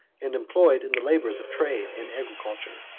and employed in the labors of trade and agriculture.